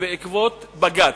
ובעקבות בג"ץ.